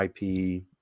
IP